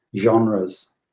genres